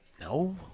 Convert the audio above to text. no